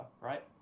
right